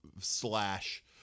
slash